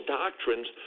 doctrines